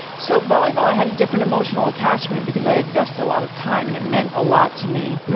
so volleyball, i had a different emotional attachment because i invested a lot of time and it meant a lot to me.